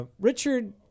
Richard